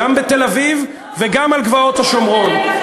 גם בתל-אביב וגם על גבעות השומרון,